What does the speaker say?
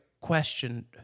question